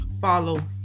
follow